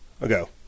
ago